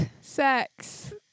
sex